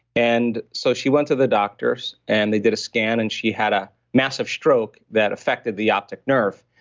and so she went to the doctors, and they did a scan, and she had a massive stroke that affected the optic nerve.